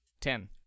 Ten